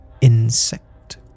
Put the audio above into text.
insect